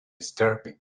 disturbing